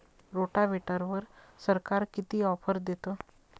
रोटावेटरवर सरकार किती ऑफर देतं?